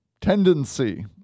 tendency